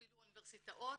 אפילו אוניברסיטאות,